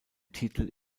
titel